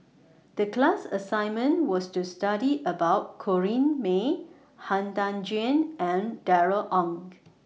The class assignment was to study about Corrinne May Han Tan Juan and Darrell Ang